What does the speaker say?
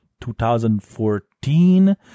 2014